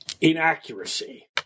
inaccuracy